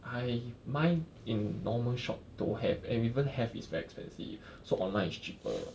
I buy in normal shop don't have and even have is very expensive so online is cheaper